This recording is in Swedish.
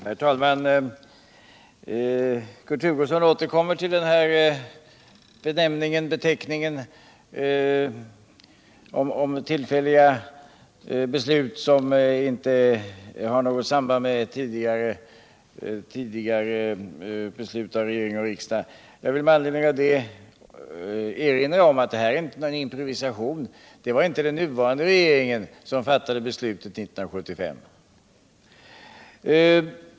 Herr talman! Kurt Hugosson återkommer till beteckningen ”tillfälliga beslut”, som inte har något samband med tidigare beslut av regering och riksdag. Jag vill med anledning av det erinra om att det inte är någon improvisation som skett. Det var inte den nuvarande regeringen som fattade beslutet 1975.